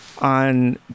on